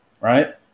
Right